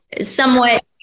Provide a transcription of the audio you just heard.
somewhat